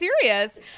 serious